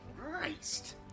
Christ